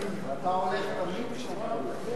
אתה תמיד הולך כשאני עולה.